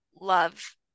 love